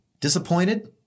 Disappointed